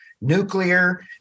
nuclear